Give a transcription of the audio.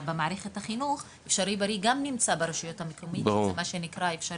זו תוכנית שגם נמצאת ברשויות המקומיות,